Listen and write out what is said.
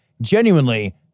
genuinely